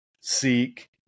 seek